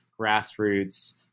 grassroots